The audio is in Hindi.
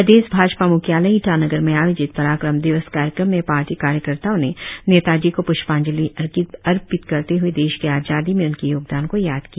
प्रदेश भाजपा मुख्यालय ईटानगर में आयोजित पराक्रम दिवस कार्यक्रम में पार्टी कार्यकर्ताओं ने नेताजी को प्ष्पांजलि अर्पित करते हए देश की आजादी में उनके योगदान को याद किया